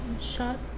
shot